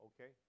Okay